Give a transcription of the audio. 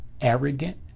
arrogant